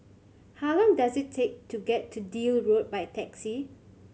how long does it take to get to Deal Road by taxi